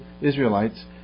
Israelites